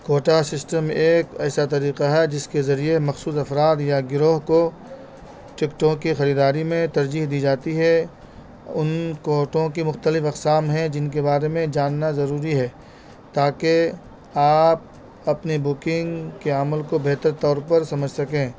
quota system ایک ایسا طریقہ ہے جس کے ذریعے مخصوص افراد یا گروہ کو ٹکٹوں کی خریداری میں ترجیح دی جاتی ہے ان کوٹوں کی مختلف اقسام ہیں جن کے بارے میں جاننا ضروری ہے تاکہ آپ اپنی بکنگ کے عمل کو بہتر طور پر سمجھ سکیں